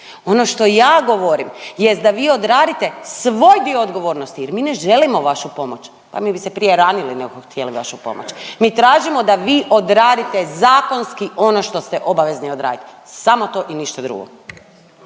Ono što ja govorim jest da vi odradite svoj dio odgovornosti jer mi ne želimo vašu pomoć. Pa mi bi se prije ranili nego htjeli vašu pomoć, mi tražimo da vi odradite zakonski ono što ste obavezni odradit. Samo to i ništa drugo.